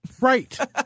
Right